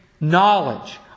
knowledge